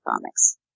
comics